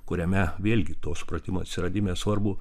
kuriame vėlgi to supratimo atsiradime svarbų